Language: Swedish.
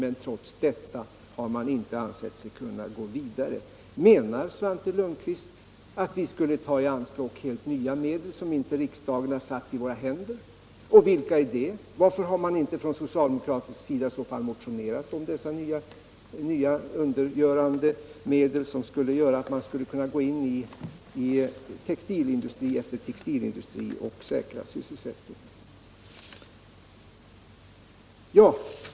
men trots detta har man inte ansett sig kunna gå vidare. Menar Svante Lundkvist att vi skulle ta i anspråk helt nya medel som inte riksdagen har satt i våra händer? Vilka är det? Varför har man i så fall inte från socialdemokratisk sida motionerat om dessa nya undergörande medel, som skulle kunna göra att man går in i textilindustri efter textilindustri och säkrar sysselsättningen?